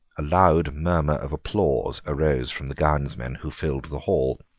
a loud murmur of applause arose from the gownsmen who filled the hall.